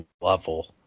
level